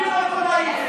חבר הכנסת כהן,